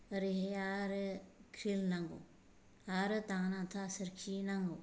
ओरैहाय आरो खिल नांगौ आरो दाना थासोरखि नांगौ